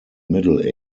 middle